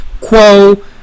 quo